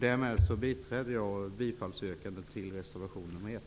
Därmed biträder jag bifallsyrkandet när det gäller reservation nr 1.